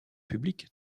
publics